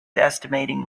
estimating